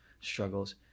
struggles